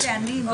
תודה.